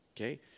okay